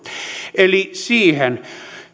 eli siihen